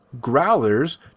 growlers